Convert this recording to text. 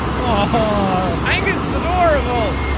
ah angus is adorable!